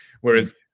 whereas